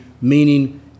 meaning